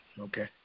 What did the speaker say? okay